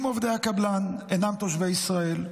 אם עובדי הקבלן אינם תושבי ישראל,